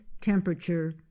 temperature